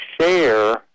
share